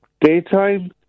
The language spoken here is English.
Daytime